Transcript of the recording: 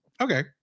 Okay